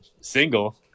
single